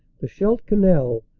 the scheidt canal,